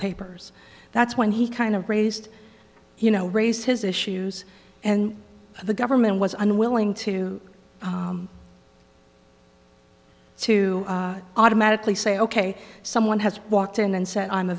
papers that's when he kind of raised you know raise his issues and the government was unwilling to to automatically say ok someone has walked in and said i'm a